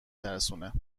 ترسونه